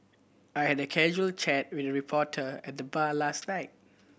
I had a casual chat with reporter at the bar last night